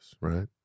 right